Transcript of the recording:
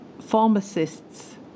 pharmacists